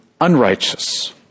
unrighteous